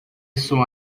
isso